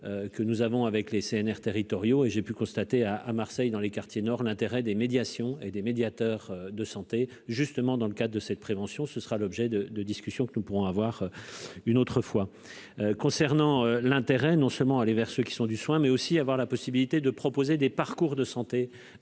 que nous avons avec les CNR territoriaux et j'ai pu constater à à Marseille dans les quartiers nord, l'intérêt des médiations et des médiateurs de santé justement dans le cadre de cette prévention, ce sera l'objet de de discussion que nous pourrons avoir une autre fois, concernant l'intérêt non seulement aller vers ceux qui sont du soin mais aussi avoir la possibilité de proposer des parcours de santé,